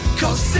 cause